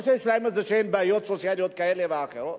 או שיש להם איזה בעיות סוציאליות כאלה ואחרות,